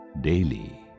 daily